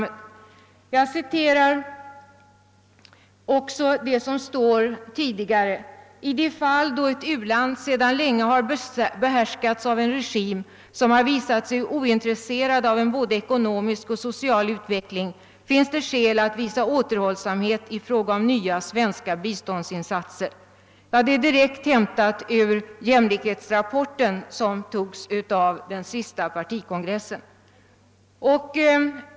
Jag vill också citera vad som står tidigare i statsutskottets utlåtande nr 84: »I de fall då ett u-land sedan länge har behärskats av en regim som har visat sig ointresserad av en både ekonomisk och social utveckling finns det skäl att visa återhållsamhet i fråga om nya svenska biståndsinsatser.» Detta är direkt hämtat ur jämlikhetsrapporten, som antogs av den senaste socialdemokratiska partikongressen.